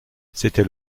c’était